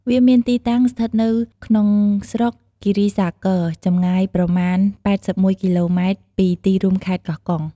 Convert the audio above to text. វាមានទីតាំងស្ថិតនៅក្នុងស្រុកគិរីសាគរ ចម្ងាយប្រមាណ ៨១ គីឡូម៉ែត្រពីទីរួមខេត្តកោះកុង។